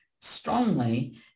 strongly